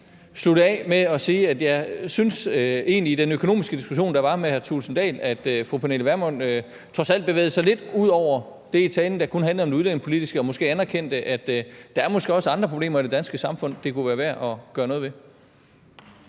bare slutte af med at sige, at jeg egentlig synes, at fru Pernille Vermund i den økonomiske diskussion, der var med hr. Kristian Thulesen Dahl, trods alt bevægede sig lidt ud over det i talen, der kun handlede om det udlændingepolitiske, og anerkendte, at der måske også er andre problemer i det danske samfund, som det kunne være værd at gøre noget ved.